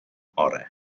orau